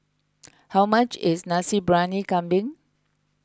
how much is Nasi Briyani Kambing